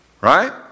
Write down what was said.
right